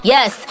Yes